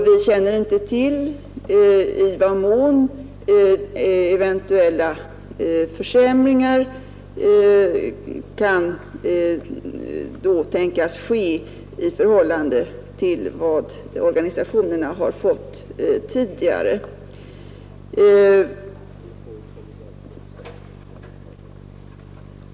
Vi känner inte heller till i vad mån eventuella försämringar kan tänkas ske i förhållande till vad organisationerna har fått tidigare.